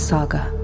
Saga